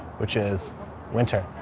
which is winter.